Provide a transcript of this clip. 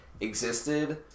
existed